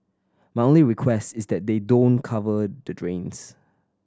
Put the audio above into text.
my only request is that they don't cover the drains